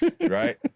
right